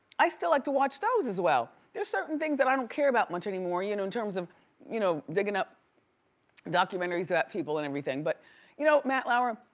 i still like to watch those as well. there's certain things that i don't care about much anymore you know in terms of you know digging up documentaries about people and everything. but you know matt lauer,